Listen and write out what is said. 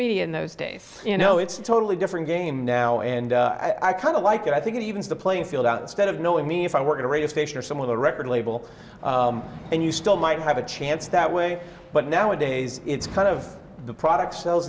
media in those days you know it's a totally different game now and i kind of like it i think it evens the playing field out instead of knowing me if i were going to radio station or some of the record label and you still might have a chance that way but nowadays it's kind of the product sells